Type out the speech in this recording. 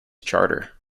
charter